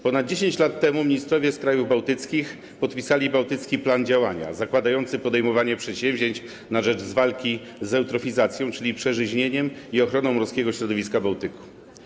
Ponad 10 lat temu ministrowie z krajów bałtyckich podpisali Bałtycki Plan Działań zakładający podejmowanie przedsięwzięć na rzecz walki z eutrofizacją, czyli przeżyźnieniem, i ochrony morskiego środowiska Bałtyku.